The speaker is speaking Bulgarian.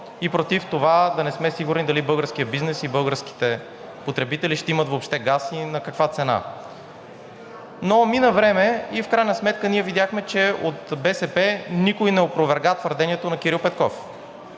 и против това да не сме сигурни дали българският бизнес и българските потребители ще имат въобще газ и на каква цена. Но мина време и в крайна сметка ние видяхме, че от БСП никой не опроверга твърдението на Кирил Петков,